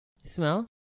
Smell